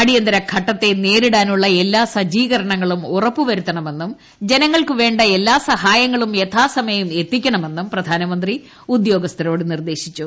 അടിയന്തരഘട്ടത്തെ നേരിടാനുള്ള എല്ലാ ്സജ്ജീകരണങ്ങളും ഉറപ്പ് വരുത്തണമെന്നും ജനങ്ങൾക്ക് വേണ്ട എല്ലാ സഹായങ്ങളും യഥാസമയം എത്തിക്കണള്മുന്നും പ്രധാനമന്ത്രി ഉദ്യോഗസ്ഥരോട് നിർദ്ദേശിച്ചു